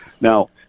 Now